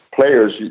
players